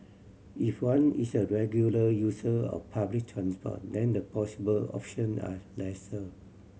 if one is a regular user of public transport then the possible option are lesser